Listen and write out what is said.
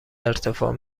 ارتفاع